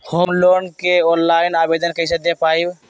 Home loan के online आवेदन कैसे दें पवई?